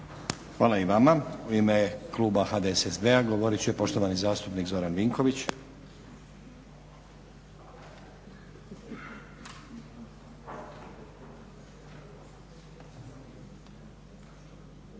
Hvala i vama. U ime kluba HDSSB-a govorit će poštovani zastupnik Zoran Vinković.